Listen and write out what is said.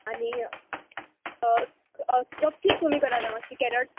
आनी cup cake तुमी करा मात्शी कॅरट